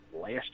last